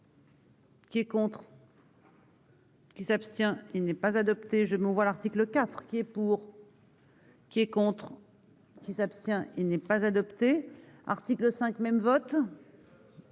qui est pour. Qui s'abstient qui n'est pas adopté, je me vois l'article IV qui est pour. Qui est contre qui s'abstient, il n'est pas adopté article 5 même vote